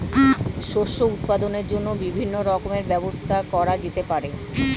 শস্য উৎপাদনের জন্য বিভিন্ন রকমের ব্যবস্থা করা যেতে পারে